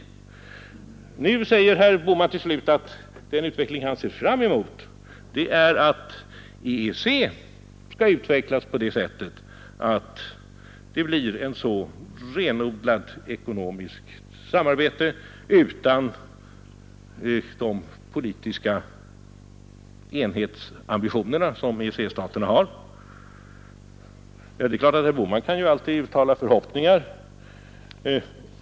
Båda tolkningarna uteslöt Nu säger herr Bohman till sist att den utveckling som han ser fram emot är att samarbetet inom EEC skall utvecklas till ett renodlat ekonomiskt samarbete utan de politiska ambitioner som EEC-staterna så klart deklarerat. Herr Bohman kan ju alltid uttala förhoppningar.